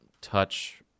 touch